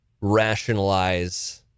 rationalize